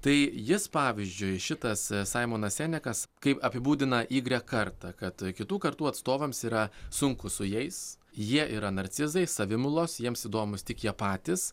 tai jis pavyzdžiui šitas saimonas senekas kaip apibūdina igrek kartą kad kitų kartų atstovams yra sunku su jais jie yra narcizai savimylos jiems įdomūs tik jie patys